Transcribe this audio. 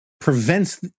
prevents